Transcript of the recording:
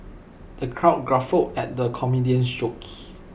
the crowd guffawed at the comedian's jokes